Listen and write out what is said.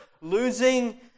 losing